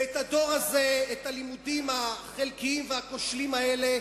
ואת הדור הזה, את הלימודים החלקיים והכושלים האלה,